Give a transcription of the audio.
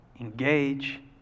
engage